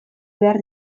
behar